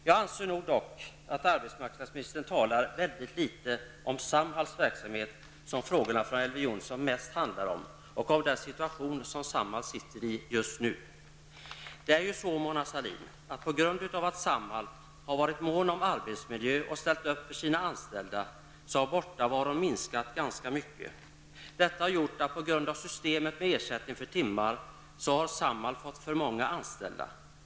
Jag anser dock att arbetsmarknadsministern talar väldigt litet om Samhalls verksamhet, som frågorna från Elver Jonsson mest handlar om, och om den situation som Samhall just nu befinner sig i. Det är ju så, Mona Sahlin, att på grund av att Samhall har varit mån om arbetsmiljö och ställt upp för sina anställda, har frånvaron minskat ganska mycket. Men systemet med ersättning för timmar har medfört att Samhall har fått för många anställda.